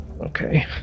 okay